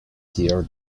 tear